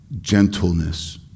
gentleness